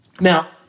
Now